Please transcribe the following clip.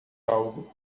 algo